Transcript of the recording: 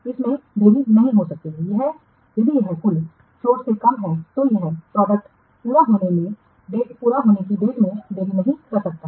इसमें देरी नहीं हो सकती यदि यह कुल फ्लोट से कम है तो यह प्रोजेक्ट पूरा होने की डेट में देरी नहीं कर सकता है